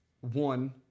One